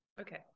Okay